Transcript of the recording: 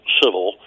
civil